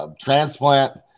transplant